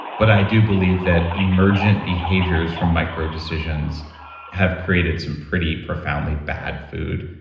but i do believe that emergent behaviors from micro-decisions have created some pretty profoundly bad food,